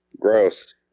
gross